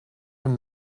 from